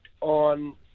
on